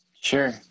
sure